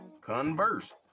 Converse